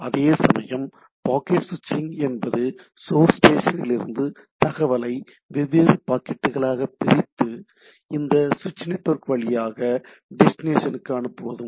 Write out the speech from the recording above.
அதேசமயம் பாக்கெட் சுவிட்சிங் என்பது சோர்ஸ் ஸ்டேஷனிலிருந்து தகவலை வெவ்வேறு பாக்கெட்டுகளாகப் பிரித்து இந்த சுவிட்ச் நெட்வொர்க் வழியாக டெஸ்டினேஷனக்கு அனுப்புவதாகவும்